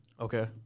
Okay